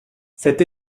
cette